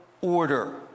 order